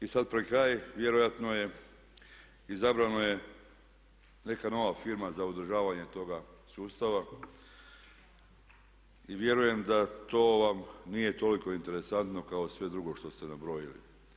I sad pred kraj vjerojatno je, izabrano je neka nova firma za održavanje toga sustava i vjerujem da to vam nije toliko interesantno kao sve drugo što ste nabrojili.